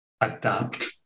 adapt